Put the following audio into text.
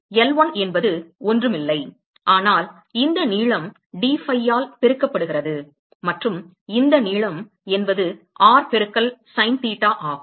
எனவே L1 என்பது ஒன்றுமில்லை ஆனால் இந்த நீளம் dphi ஆல் பெருக்கப்படுகிறது மற்றும் இந்த நீளம் என்பது r பெருக்கல் sin theta ஆகும்